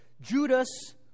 Judas